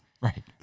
right